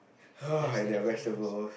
and their vegetable